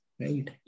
Right